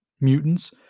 mutants